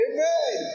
Amen